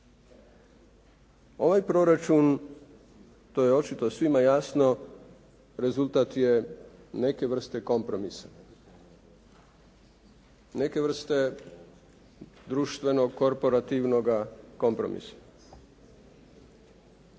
Ovaj proračun to je očito svima jasno rezultat je neke vrste kompromisa, neke vrste društvenog korporativnoga kompromisa